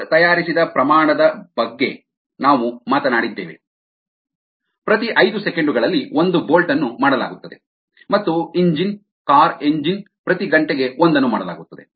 bolt ತಯಾರಿಸಿದ ಪ್ರಮಾಣ ದ ಬಗ್ಗೆ ನಾವು ಮಾತನಾಡಿದ್ದೇವೆ ಪ್ರತಿ ಐದು ಸೆಕೆಂಡು ಗಳಲ್ಲಿ ಒಂದು ಬೋಲ್ಟ್ ಅನ್ನು ಮಾಡಲಾಗುತ್ತದೆ ಮತ್ತು ಎಂಜಿನ್ ಕಾರ್ ಎಂಜಿನ್ ಪ್ರತಿ ಗಂಟೆಗೆ ಒಂದನ್ನು ಮಾಡಲಾಗುತ್ತದೆ